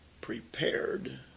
Prepared